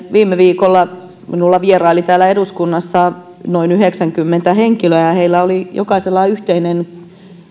viime viikolla minun luonani vieraili täällä eduskunnassa noin yhdeksänkymmentä henkilöä ja heillä jokaisella oli yhteinen